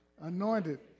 anointed